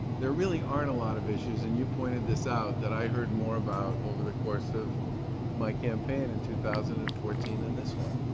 there really aren't a lot of issues, and you pointed this out, that i heard more about over the course of my campaign in two thousand and fourteen than this one.